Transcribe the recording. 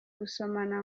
gusomana